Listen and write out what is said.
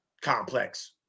complex